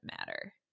matter